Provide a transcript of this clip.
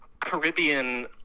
Caribbean